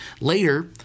Later